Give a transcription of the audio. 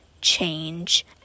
change